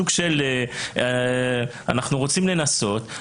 סוג של אנחנו רוצים לנסות,